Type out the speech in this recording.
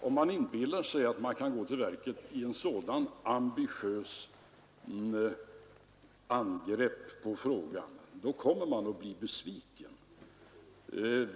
Om man inbillar sig att man kan gå till verket i ett sådant ambitiöst angrepp på frågan, kommer man att bli besviken.